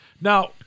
Now